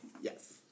Yes